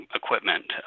equipment